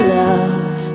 love